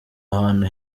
ahantu